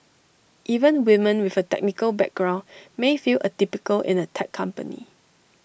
even women with A technical background may feel atypical in A tech company